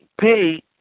pay